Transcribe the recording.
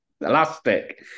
Elastic